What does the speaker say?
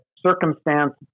circumstance